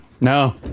No